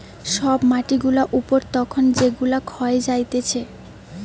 সব মাটি গুলা উপর তখন যেগুলা ক্ষয়ে যাতিছে